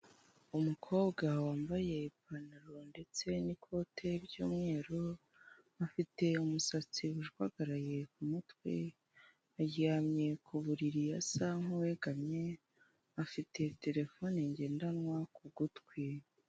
Umukobwa wambaye ipantaro ndetse n'ikote ry'umweru, afite umusatsi ujwagaraye ku mutwe, aryamye ku buriri asa nk'uwegamye, afite terefone ngendanwa ku gutwi.